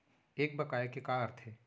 एक बकाया के का अर्थ हे?